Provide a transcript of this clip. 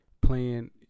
playing